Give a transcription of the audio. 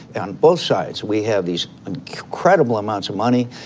and on both sides, we have these incredible amounts of money,